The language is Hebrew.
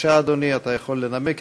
מיכל בירן, יעל